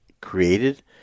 created